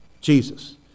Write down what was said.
Jesus